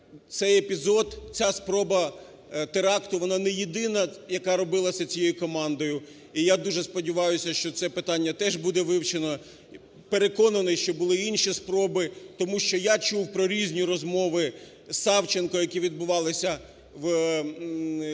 цей епізод, ця спроба теракту, вона не єдина, яка робилася цією командою. І я дуже сподіваюся, що це питання теж буде вивчено. Переконаний, що були і інші спроби тому що я чув про різні розмови Савченко, які відбувалися біля лінії